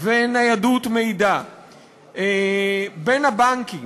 וניידות מידע בין הבנקים,